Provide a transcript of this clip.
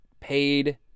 Paid